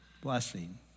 blessing